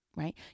right